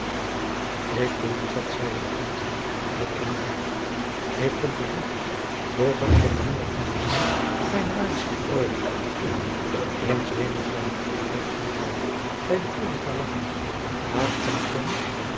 ik voel dien zet zeide de ambtman met eene buiging ik kom te vroeg doch het verlangen om u te zien mijne waardste freule in s hemels naam heer ambtman zeide ulrica lagchende laat ons